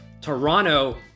Toronto